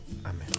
Amen